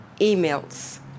emails